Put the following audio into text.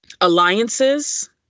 alliances